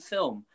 Film